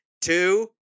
Two